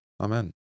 Amen